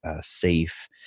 safe